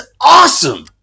awesome